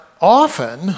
often